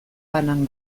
banan